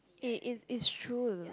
is is is true